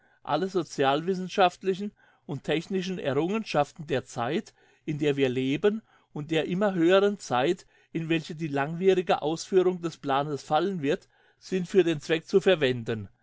alle socialwissenschaftlichen und technischen errungenschaften der zeit in der wir leben und der immer höheren zeit in welche die langwierige ausführung des planes fallen wird sind für den zweck zu verwenden